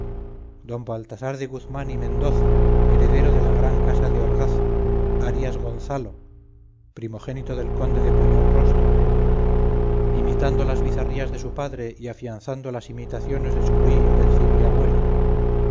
don baltasar de guzmán y mendoza heredero de la gran casa de orgaz arias gonzalo primogénito del conde de puñonrostro imitando las bizarrías de su padre y afianzando las imitaciones de su muy invencible agüelo